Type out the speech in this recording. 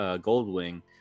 Goldwing